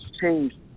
change